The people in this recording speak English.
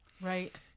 Right